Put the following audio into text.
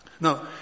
Now